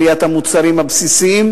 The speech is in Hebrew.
עליית מחירי המוצרים הבסיסיים,